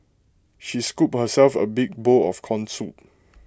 she scooped herself A big bowl of Corn Soup